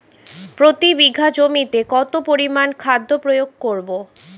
প্রতি বিঘা জমিতে কত পরিমান খাদ্য প্রয়োগ করব?